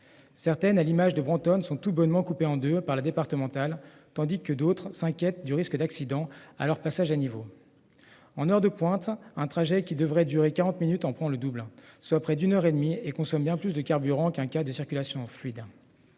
Certaines, à l'image de Brenton sont tout bonnement coupé en 2 par la départementale tandis que d'autres s'inquiètent du risque d'accident à leur passage à niveau. En heure de pointe. Un trajet qui devrait durer 40 minutes en prend le double, soit près d'une heure et demie et consomme bien plus de carburant qu'un cas de circulation fluide.